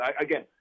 Again